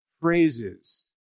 phrases